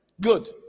Good